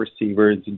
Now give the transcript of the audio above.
receivers